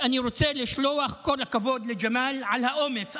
אני רוצה לשלוח כל הכבוד לג'מאל על האומץ,